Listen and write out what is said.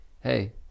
hey